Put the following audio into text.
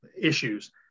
issues